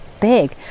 big